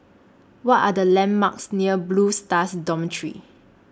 What Are The landmarks near Blue Stars Dormitory